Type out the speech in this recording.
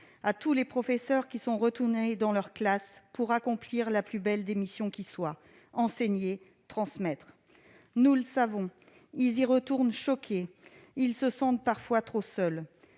à tous les professeurs qui sont retournés dans leur classe pour accomplir la plus belle des missions qui soit : enseigner, transmettre. Nous le savons, ils y retournent choqués. Ils se sentent parfois trop seuls.